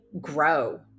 grow